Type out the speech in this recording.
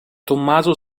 tommaso